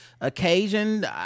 occasion